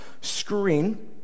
screen